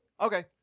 Okay